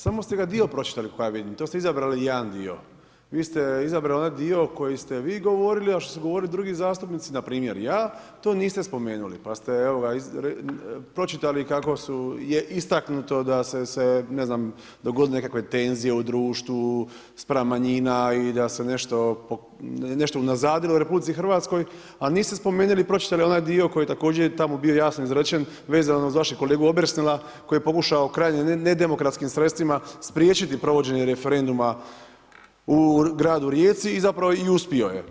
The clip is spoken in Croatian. Samo ste ga dio pročitali koliko ja vidim, to ste izabrali jedan dio, vi ste izabrali onaj dio koji ste vi govorili, a što su govorili drugi zastupnici, npr. ja, to niste spomenuli, pa ste, evo ga pročitali kako je istaknuto da su se ne znam, dogodile nekakve tenzije u društvu, spram manjina i da se nešto unazadilo u RH, a niste spomenuli i pročitali onaj dio koji je također tamo bio jasno izrečen, vezano uz vašeg kolega Obersnela koji je pokušao krajnje, nedemokratskim sredstvima spriječiti provođenje referenduma u gradu Rijeci i zapravo i uspio je.